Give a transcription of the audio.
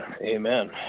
Amen